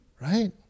Right